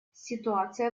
ситуация